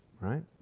Right